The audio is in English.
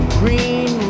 green